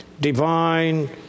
divine